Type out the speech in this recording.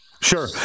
Sure